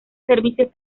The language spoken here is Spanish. servicios